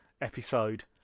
episode